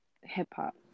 hip-hop